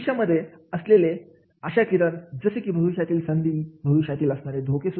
भविष्यामध्ये असलेले आशाकिरण जसे की भविष्यातील संधी किंवा भविष्यात असणारे धोके